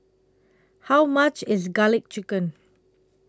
How much IS Garlic Chicken